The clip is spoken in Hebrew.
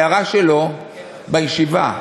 בעיירה שלו, בישיבה,